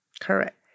Correct